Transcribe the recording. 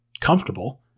comfortable